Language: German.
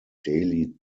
daily